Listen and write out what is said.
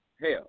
hell